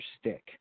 stick